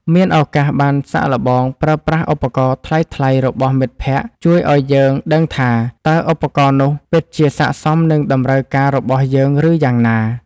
មានឱកាសបានសាកល្បងប្រើប្រាស់ឧបករណ៍ថ្លៃៗរបស់មិត្តភក្តិជួយឱ្យយើងដឹងថា តើឧបករណ៍នោះពិតជាស័ក្តិសមនឹងតម្រូវការរបស់យើង ឬ យ៉ាងណា។